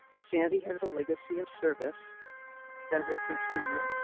sandy has a legacy of service that will continue.